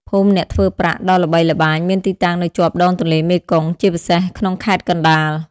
ភូមិអ្នកធ្វើប្រាក់ ដ៏ល្បីល្បាញមានទីតាំងនៅជាប់ដងទន្លេមេគង្គ ជាពិសេសក្នុងខេត្តកណ្តាល។